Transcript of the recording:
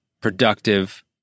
productive